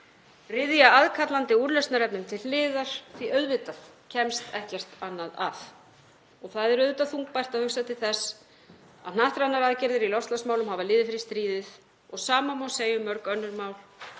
ryðja aðkallandi úrlausnarefnum til hliðar því auðvitað kemst ekkert annað að. Það er auðvitað þungbært að hugsa til þess að hnattrænar aðgerðir í loftslagsmálum hafa liðið fyrir stríðið og sama má segja um mörg önnur mál,